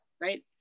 Right